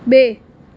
બે